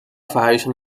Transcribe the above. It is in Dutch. verhuizen